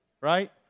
right